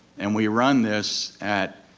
and we run this at